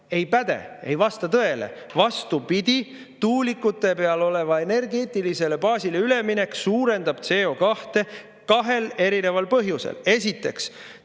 ei päde. See ei vasta tõele. Vastupidi, tuulikutele [tuginevale] energeetilisele baasile üleminek suurendab CO2kahel erineval põhjusel. Esiteks,